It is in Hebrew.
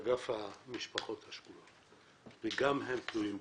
אגף המשפחות השכולות, וגם הם תלויים בזה,